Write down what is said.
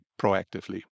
proactively